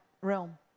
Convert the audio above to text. realm